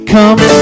Come